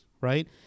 right